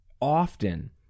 often